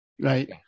right